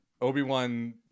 Obi-Wan